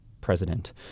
president